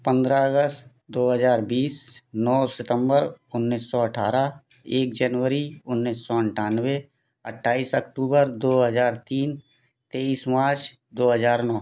पंद्रह अगस्त दो हजार बीस नौ सितम्बर उन्नीस सौ अठारह एक जनवरी उन्नीस सौ अठानवे अट्ठाईस अक्टूबर दो हजार तीन तेईस मार्च दो हजार नौ